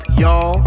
y'all